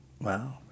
Wow